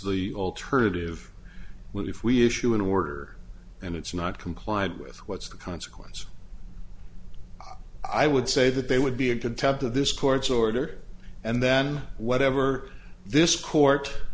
the alternative what if we issue an order and it's not complied with what's the consequence i would say that they would be a contempt of this court's order and then whatever this court